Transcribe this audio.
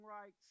rights